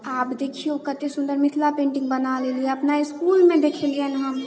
आब देखिऔ कतेक सुन्दर मिथिला पेन्टिङ्ग बना लेलिए अपना इसकुलमे देखेलिअनि हम